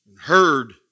heard